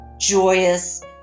joyous